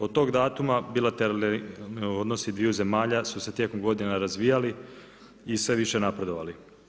Od tog datuma bilateralni odnosi dviju zemalja su se tijekom godina razvijali i sve više napredovali.